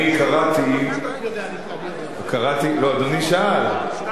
אני קראתי, לא, אדוני שאל,